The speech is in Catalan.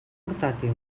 portàtil